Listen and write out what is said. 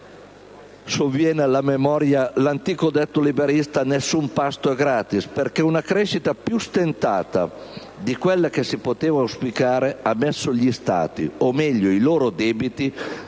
sovviene alla memoria l'antico detto liberista «nessun pasto è gratis», perché una crescita più stentata di quella che si poteva auspicare ha messo gli Stati, o meglio i loro debiti,